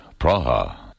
Praha